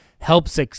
helps